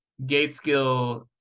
Gateskill